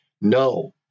no